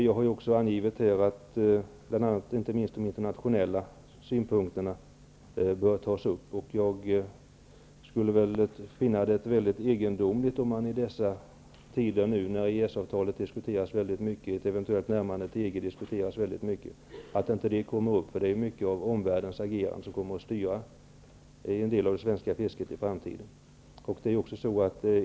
Jag har också angivit att inte minst de internationella synpunkterna bör tas upp, och jag skulle finna det mycket egendomligt om de inte kom upp nu när EES-avtalet och ett eventuellt närmande till EG diskuteras väldigt mycket; mycket av omvärldens agerande kommer ju att styra en del av det svenska fisket i framtiden.